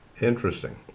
Interesting